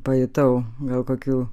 pajutau gal kokių